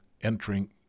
entering